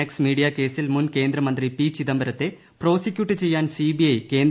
X media കേസിൽ മുൻ കേന്ദ്രമന്ത്രി പി ചിദംബരത്തെ പ്രോസിക്യൂട്ട് ചെയ്യാൻ സിബിഐ കേന്ദ്ര അനുമതി തേടി